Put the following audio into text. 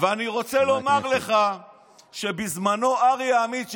אני רוצה לומר לך שבזמנו אריה עמית,